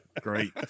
Great